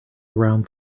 around